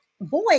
boy